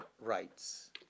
rights